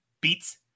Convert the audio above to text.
Beats